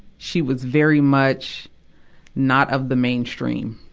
she was very much not of the mainstream,